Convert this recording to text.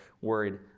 worried